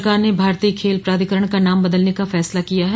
सरकार ने भारतीय खेल प्राधिकरण का नाम बदलने का फैसला किया है